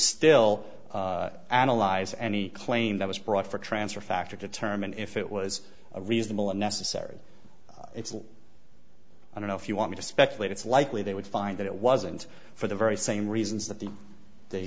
still analyze any claim that was brought for transfer factor determine if it was a reasonable and necessary i don't know if you want me to speculate it's likely they would find that it wasn't for the very same reasons that the the